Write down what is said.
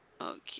Okay